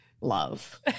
love